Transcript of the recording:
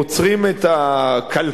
עוצרים את הכלכלה,